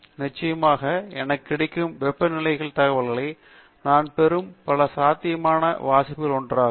நிச்சயமாக எனக்கு கிடைக்கும் வெப்பநிலைக் தகவல்கள் நான் பெறும் பல சாத்தியமான வாசிப்புகளில் ஒன்றாகும்